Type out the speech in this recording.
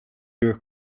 your